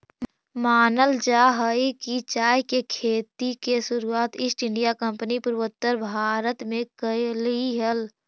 मानल जा हई कि चाय के खेती के शुरुआत ईस्ट इंडिया कंपनी पूर्वोत्तर भारत में कयलई हल